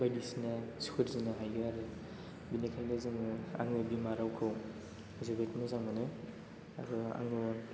बायदिसिना सोरजिनो हायो आरो बेनिखायनो जोङो आङो बिमा रावखौ जोबोद मोजां मोनो आरो आङो